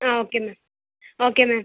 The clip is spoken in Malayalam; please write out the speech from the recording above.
ആ ഓക്കെ മാം ഓക്കെ മാം